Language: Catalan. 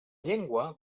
llengua